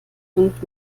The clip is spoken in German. fünf